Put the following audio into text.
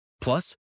Plus